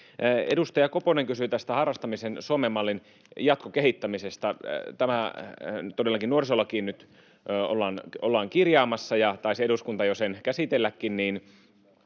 Edustaja Koponen kysyi Harrastamisen Suomen mallin jatkokehittämisestä. Tämä ollaan todellakin nuorisolakiin nyt kirjaamassa, ja taisi eduskunta sen jo käsitelläkin.